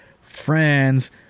friends